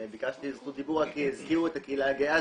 וביקשתי את זכות הדיבור כי הזכירו את הקהילה הגאה,